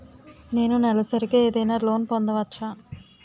నేను నెలసరిగా ఏదైనా లోన్ పొందవచ్చా?